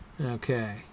Okay